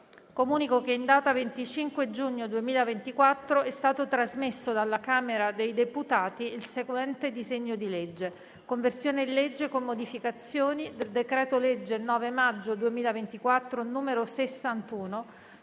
Comunico che in data 25 giugno 2024 è stato trasmesso dalla Camera dei deputati il seguente disegno di legge: «Conversione in legge con modificazioni del decreto-legge 9 maggio 2024, n. 61,